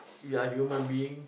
we're human being